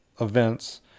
events